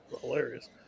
hilarious